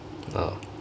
ah